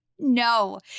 No